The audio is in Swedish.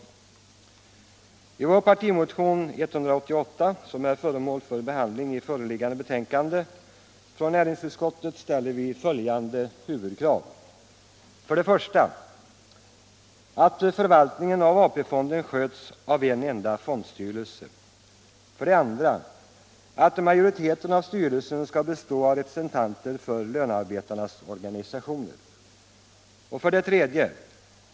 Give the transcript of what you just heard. I vår partimotion 1975/76:188, som är föremål för behandling i föreliggande betänkande från näringsutskottet, ställer vi följande huvudkrav: 1. Att förvaltningen av AP-fonden sköts av en enda fondstyrelse. 2. Att majoriteten av styrelsen skall bestå av representanter för lönearbetarnas organisationer. 3.